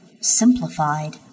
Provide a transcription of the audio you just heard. simplified